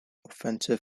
offensive